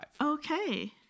Okay